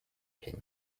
him